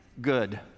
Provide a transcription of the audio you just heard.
good